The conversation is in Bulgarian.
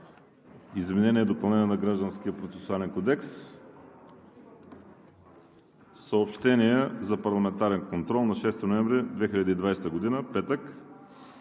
изменение и допълнение на Гражданския процесуален кодекс. Съобщения за парламентарен контрол на 6 ноември 2020 г., петък